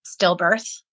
stillbirth